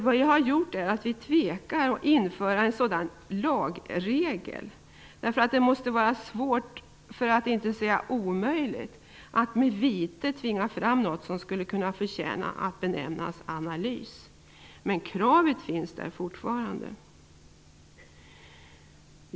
Vad vi har gjort är att vi har tvekat inför införandet av en sådan lagregel. Det måste ju vara svårt, för att inte säga omöjligt, att med vite tvinga fram något som kunde förtjäna att benämnas analys. Kravet finns dock fortfarande.